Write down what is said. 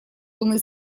луны